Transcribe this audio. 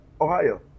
Ohio